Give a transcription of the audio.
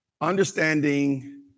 Understanding